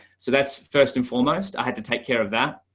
so that's first and foremost, i had to take care of that.